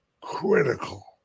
critical